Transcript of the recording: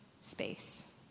space